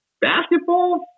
Basketball